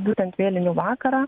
būtent vėlinių vakarą